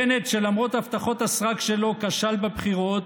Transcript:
בנט, שלמרות הבטחות, הסרק, שלו כשל בבחירות